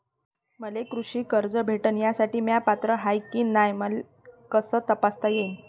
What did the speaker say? मले कृषी कर्ज भेटन यासाठी म्या पात्र हाय की नाय मले कस तपासता येईन?